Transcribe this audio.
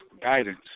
guidance